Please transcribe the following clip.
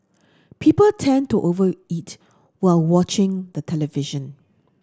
people tend to over eat while watching the television